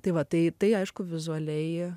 tai va tai aišku vizualiai jie